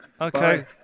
okay